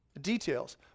details